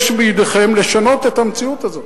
בידיכם לשנות את המציאות הזאת,